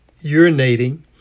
urinating